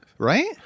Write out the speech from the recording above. Right